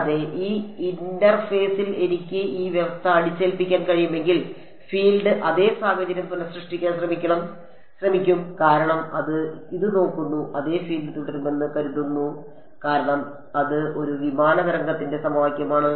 കൂടാതെ ആ ഇന്റർഫേസിൽ എനിക്ക് ഈ വ്യവസ്ഥ അടിച്ചേൽപ്പിക്കാൻ കഴിയുമെങ്കിൽ ഫീൽഡ് അതേ സാഹചര്യം പുനഃസൃഷ്ടിക്കാൻ ശ്രമിക്കും കാരണം ഇത് നോക്കുന്നു അതെ ഫീൽഡ് തുടരുമെന്ന് കരുതുന്നു കാരണം അത് ഒരു വിമാന തരംഗത്തിന്റെ സമവാക്യമാണ്